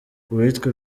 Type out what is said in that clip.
uwitwa